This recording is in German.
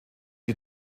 die